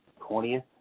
20th